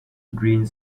green